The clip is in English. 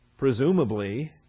Presumably